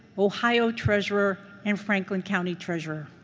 ohio treasurer, and franklin county treasurer.